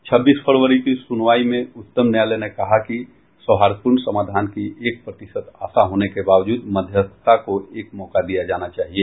छब्बीस फरवरी की सुनवाई में उच्चतम न्यायालय ने कहा कि सौहार्दपूर्ण समाधान की एक प्रतिशत आशा होने के बावजूद मध्यस्थता को एक मौका दिया जाना चाहिए